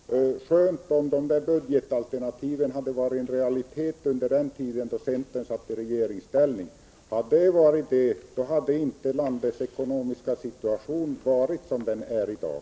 Herr talman! Det hade ju varit skönt om de budgetalternativen hade varit en realitet under den tid då centern satt i regeringsställning. I så fall hade inte landets ekonomiska situation varit som den är i dag.